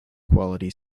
quality